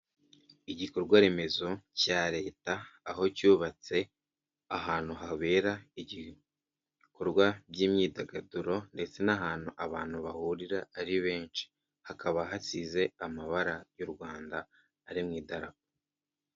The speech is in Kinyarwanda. Igikorwa remezo cya leta aho cyubatse ahantu habera igi ibikorwa by'imyidagaduro ndetse n'ahantu abantu bahurira ari benshi, hakaba hasize amabara y'u Rwanda ari mu idarapo.